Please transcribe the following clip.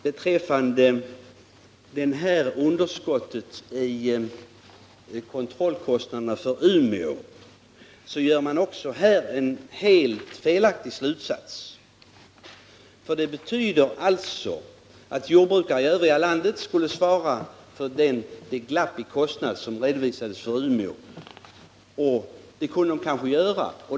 Beträffande underskottet i kontrollkostnaderna för Umeå, så drar man också en helt felaktig slutsats. Det betyder att jordbrukare i övriga landet skulle svara för det glapp i kostnaderna som redovisades för Umeå. Det kunde de kanske göra.